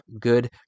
good